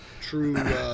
true –